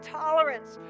tolerance